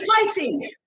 fighting